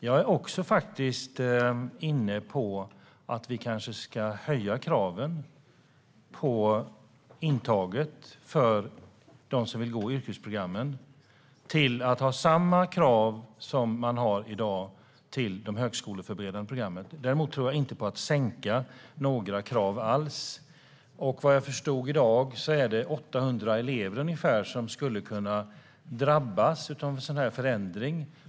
Jag är faktiskt också inne på att vi kanske ska höja kraven vid intagningen av dem som vill gå yrkesprogrammen, så att man har samma krav som man i dag har vid intagningen till de högskoleförberedande programmen. Däremot tror jag inte på att sänka några krav alls. Såvitt jag har förstått i dag är det ungefär 800 elever som skulle kunna drabbas av en sådan förändring.